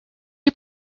you